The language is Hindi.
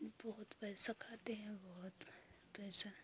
बहुत पैसा खाते हैं बहुत पैसा